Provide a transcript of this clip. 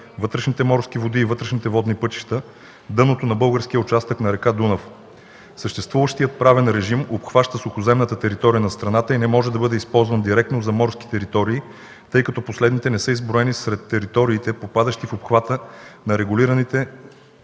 вътрешните морски води и вътрешните водни пътища – дъното на българския участък на река Дунав. Съществуващият правен режим обхваща сухоземната територия на страната и не може да бъде използван директно за морски територии, тъй като последните не са изброени сред териториите, попадащи в обхвата на регулиране